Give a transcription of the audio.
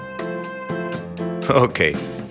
Okay